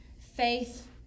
faith